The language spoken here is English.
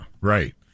Right